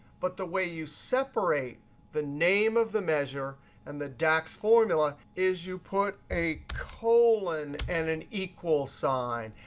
but the way you separate the name of the measure and the dax formula is you put a colon and an equal sign.